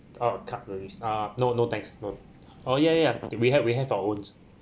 ah cutleries ah no no thanks no oh ya ya we have we have our own